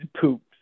poops